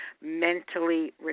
mentally